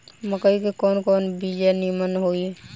मकई के कवन कवन बिया नीमन होई?